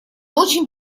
очень